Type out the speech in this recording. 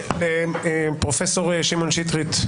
(חבר הכנסת ולדימיר בליאק יוצא מחדר הוועדה) פרופ' שמעון שטרית,